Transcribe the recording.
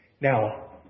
Now